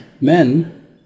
men